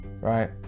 right